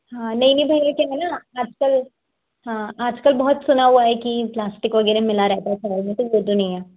हाँ नहीं नहीं भईया ये चावल है ना आजकल हाँ आजकल बहुत सुना हुआ है कि प्लास्टिक वगैरह मिला रहता है वो तो नहीं है